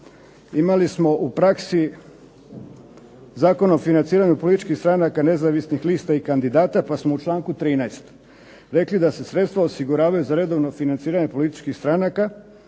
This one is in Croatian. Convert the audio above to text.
imali u praksi Zakon o financiranju političkih stranaka nezavisnih lista i kandidata, pa smo u članku 13. rekli da se sredstva osiguravaju za redovno financiranje političkih stranaka